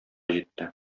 җитте